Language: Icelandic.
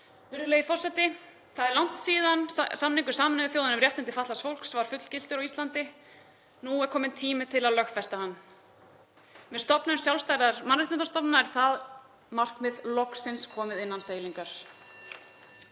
Virðulegi forseti. Það er langt síðan samningur Sameinuðu þjóðanna um réttindi fatlaðs fólks var fullgiltur á Íslandi. Nú er kominn tími til að lögfesta hann. Með stofnun sjálfstæðrar mannréttindastofnunar er það markmið loksins innan seilingar.